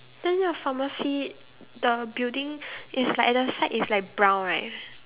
then your pharmacy the building is like the side is like brown right